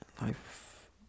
life